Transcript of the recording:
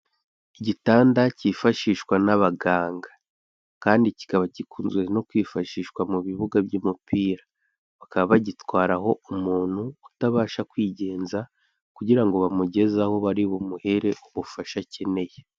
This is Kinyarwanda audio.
Igitanda kifashishwa n'abaganga, kandi kikaba gikunzwe no kwifashishwa mu bibuga by'umupira, bakaba bagitwaraho umuntu utabasha kwigenza, kugira bamugeze aho bari bumuhere ubufasha akeneye.